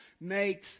makes